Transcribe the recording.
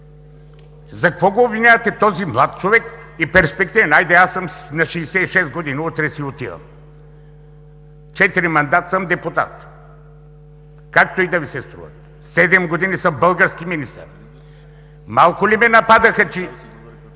За какво обвинявате този млад и перспективен човек?! Хайде, аз съм на 66 години, утре си отивам. Четири мандата съм депутат, както и да Ви се струва, седем години съм български министър. Малко ли ме нападаха и